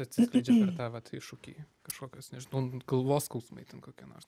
atsiskleidžia per ta vat iššūkį kažkokios nežinau galvos skausmai ten kokie nors